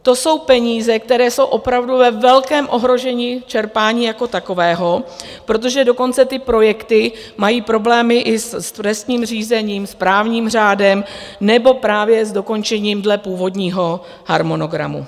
To jsou peníze, které jsou opravdu ve velkém ohrožení čerpání jako takového, protože dokonce ty projekty mají problémy i s trestním řízením, správním řádem nebo právě s dokončením dle původního harmonogramu.